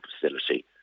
facility